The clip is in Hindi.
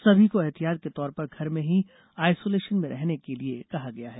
सभी को ऐहतियात के तौर पर घर में ही आइसोलेशन में रहने के लिए कहा गया है